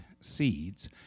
seeds